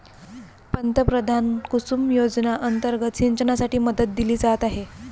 पंतप्रधान कुसुम योजना अंतर्गत सिंचनासाठी मदत दिली जात आहे